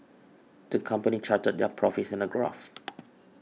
the company charted their profits in a graph